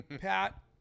pat